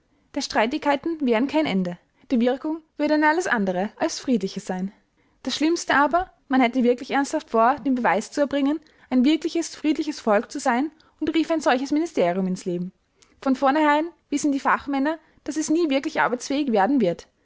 der streitigkeiten wäre kein ende die wirkung würde eine alles andere als friedliche sein das schlimmste aber man hätte wirklich ernsthaft vor den beweis zu erbringen ein wirkliches friedliches volk zu sein und riefe ein solches ministerium ins leben von vornherein wissen die fachmänner daß es nie wirklich arbeitsfähig werden wird